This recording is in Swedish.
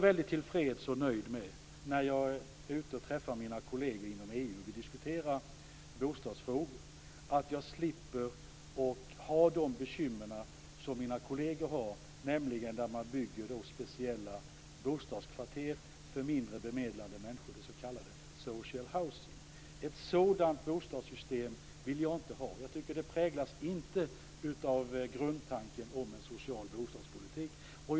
När jag är ute och träffar mina kolleger inom EU och vi diskuterar bostadsfrågor är jag väldigt tillfreds och nöjd med att jag slipper de bekymmer som mina kolleger har. De uppstår när man bygger speciella bostadskvarter för mindre bemedlade människor, det s.k. social housing. Ett sådant bostadssystem vill jag inte ha. Jag tycker inte att det präglas av grundtanken om en social bostadspolitik.